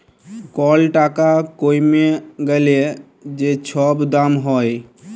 call টাকা কইমে গ্যালে যে ছব দাম হ্যয়